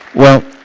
well,